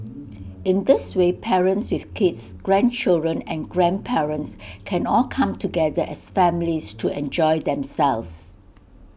in this way parents with kids grandchildren and grandparents can all come together as families to enjoy themselves